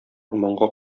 урманга